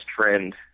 trend